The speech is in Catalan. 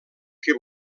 que